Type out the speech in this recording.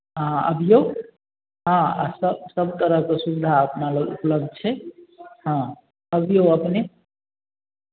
अहाँ अबियौ हँ आ सभ सभ तरहके सुविधा अपना लोक उपलब्ध छै हँ अबियौ अपने